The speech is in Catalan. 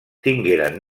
tingueren